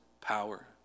power